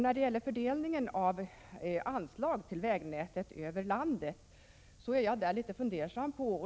När det gäller fördelningen av anslagen till vägnätet över landet är jag litet fundersam.